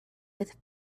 with